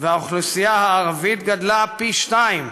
והאוכלוסייה הערבית גדלה פי שניים,